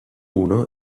uno